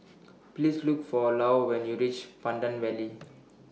Please Look For Lou when YOU REACH Pandan Valley